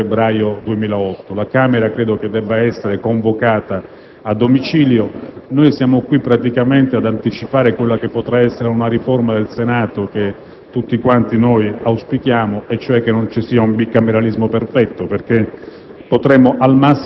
il 27 febbraio 2008. La Camera credo debba essere convocata a domicilio. Noi siamo qui praticamente ad anticipare quella che potrà essere una riforma del Senato, che tutti quanti auspichiamo, e cioè che non ci sia un bicameralismo perfetto, perché